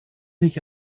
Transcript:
nicht